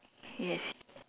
yes